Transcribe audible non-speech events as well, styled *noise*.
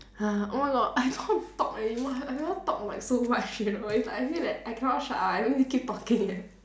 *breath* oh my god I don't want to talk anymore I I never talk like so much you know if I feel that I cannot shut up I really keep talking eh